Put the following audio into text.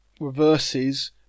reverses